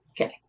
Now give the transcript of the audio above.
Okay